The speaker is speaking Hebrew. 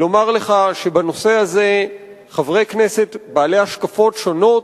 ולומר לך שבנושא הזה חברי כנסת בעלי השקפות שונות,